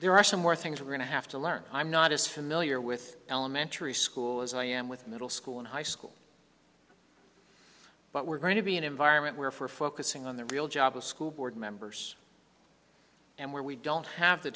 there are some more things we're going to have to learn i'm not as familiar with elementary school as i am with middle school and high school but we're going to be an environment where for focusing on the real job of school board members and where we don't have the